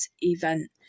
Event